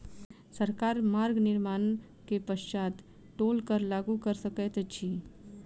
सरकार मार्ग निर्माण के पश्चात टोल कर लागू कय सकैत अछि